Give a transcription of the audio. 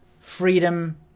freedom